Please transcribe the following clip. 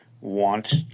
want